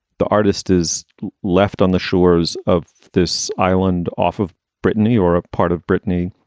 the artist is left on the shores of this island, off of britain, new york, part of brittni,